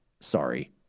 sorry